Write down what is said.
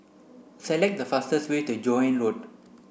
select the fastest way to Joan Road